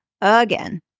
again